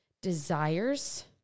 desires